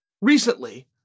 recently